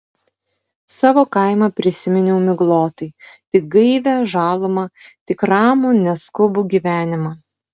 savo kaimą prisiminiau miglotai tik gaivią žalumą tik ramų neskubų gyvenimą